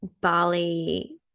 Bali